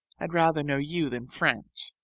i'd rather know you than french.